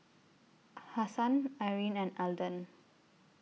Hassan Irene and Elden